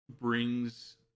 brings